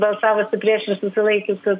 balsavusių prieš ir susilaikiusių